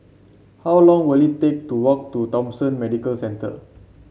how long will it take to walk to Thomson Medical Centre